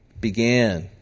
began